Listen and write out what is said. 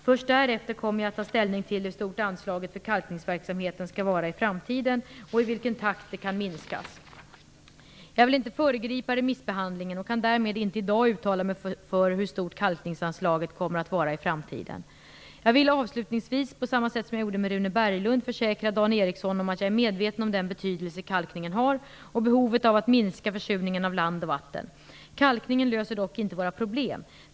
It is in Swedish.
Först därefter kommer jag att ta ställning till hur stort anslaget för kalkningsverksamheten skall vara i framtiden och i vilken takt det kan minskas. Jag vill inte föregripa remissbehandlingen och kan därmed inte i dag uttala mig för hur stort kalkningsanslaget kommer att vara i framtiden. Jag vill avslutningsvis, på samma sätt som jag gjorde med Rune Berglund, försäkra Dan Ericsson om att jag är medveten om den betydelse kalkningen har och behovet av att minska försurningen av land och vatten. Kalkningen löser dock inte våra problem.